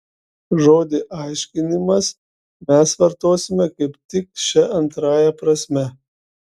žodį aiškinimas mes vartosime kaip tik šia antrąja prasme